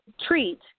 treat